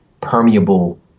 permeable